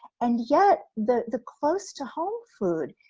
and yet the the close to home food,